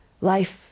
Life